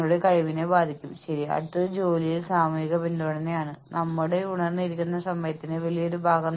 മുൻ അനുഭവത്തെ അടിസ്ഥാനമാക്കിയുള്ള പ്രതീക്ഷകളുടെ കൂട്ടമാണ് മനഃശാസ്ത്രപരമായ കരാറുകൾ